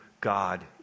God